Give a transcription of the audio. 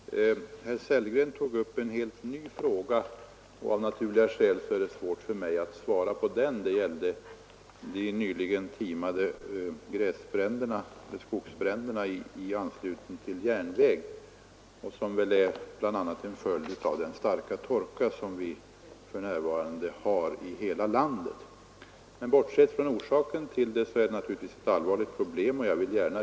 Herr talman! Bara några kommentarer till herrar Sellgrens och Westbergs i Ljusdal inlägg. Herr Sellgren tog upp en helt ny fråga, och av naturliga skäl är det svårt för mig att svara på den. Det gällde de nyligen timade skogsbränderna i anslutning till järnväg, som väl bl.a. är en följd av den starka torka vi för närvarande har i hela landet. Men oavsett deras orsaker är dessa skogsbränder naturligtvis ett allvarligt problem.